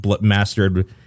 mastered